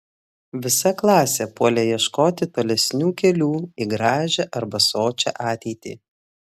visa klasė puolė ieškoti tolesnių kelių į gražią arba sočią ateitį